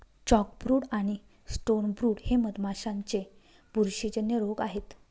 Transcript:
chalkbrood आणि stonebrood हे मधमाशांचे बुरशीजन्य रोग आहेत